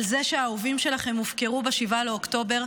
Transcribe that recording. זה שהאהובים שלכם הופקרו ב-7 באוקטובר,